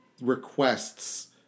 requests